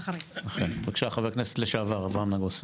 בבקשה ח"כ לשעבר אברהם נגוסה.